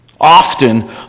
often